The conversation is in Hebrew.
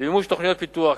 למימוש תוכניות פיתוח.